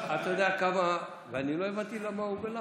אתה יודע כמה, ואני לא הבנתי למה הוא בלחץ.